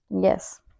Yes